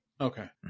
Okay